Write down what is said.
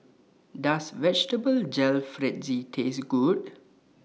Does Vegetable Jalfrezi Taste Good